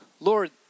Lord